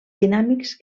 dinàmics